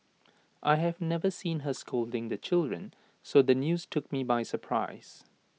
I have never seen her scolding the children so the news took me by surprise